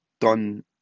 done